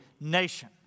nation